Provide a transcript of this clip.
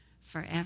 forever